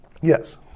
Yes